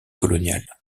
coloniale